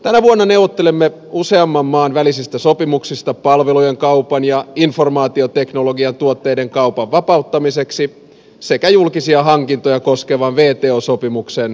tänä vuonna neuvottelemme useamman maan välisistä sopimuksista palvelujen kaupan ja informaatioteknologian tuotteiden kaupan vapauttamiseksi sekä julkisia hankintoja koskevan wto sopimuksen laajentamisesta